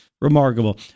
Remarkable